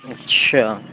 اچھا